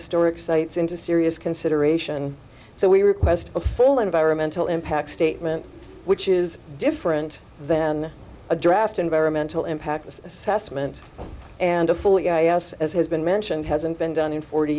historic sites into serious consideration so we request a full environmental impact statement which is different than a draft environmental impact assessment and a full house as has been mentioned hasn't been done in forty